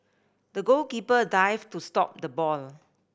the goalkeeper dived to stop the ball